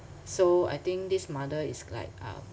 so I think this mother is like uh